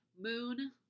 moon